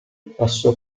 passò